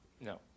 no